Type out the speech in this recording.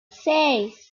seis